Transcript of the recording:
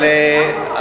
לא